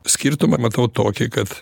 skirtumą matau tokį kad